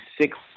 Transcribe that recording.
six